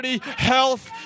health